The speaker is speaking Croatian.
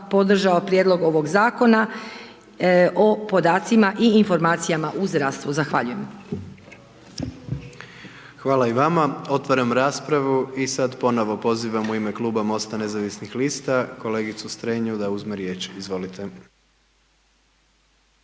Hvala i vama. Otvaram raspravu i sad ponovno pozivam u ime kluba MOST-a nezavisnih lista kolegicu Strenju da uzme riječ, izvolite.